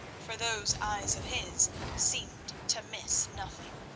for those eyes of his seemed to miss nothing.